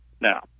Now